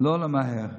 לא למהר.